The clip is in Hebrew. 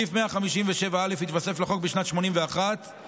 סעיף 157א התווסף לחוק בשנת 1981 מתוך